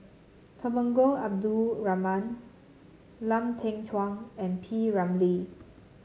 Temenggong Abdul Rahman Lau Teng Chuan and P Ramlee